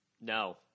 No